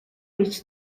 which